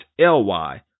L-Y